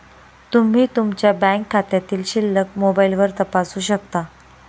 तुम्ही तुमच्या बँक खात्यातील शिल्लक मोबाईलवर तपासू शकता